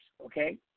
Okay